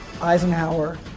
eisenhower